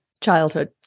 childhood